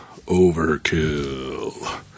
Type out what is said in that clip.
Overkill